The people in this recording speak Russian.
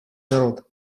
народ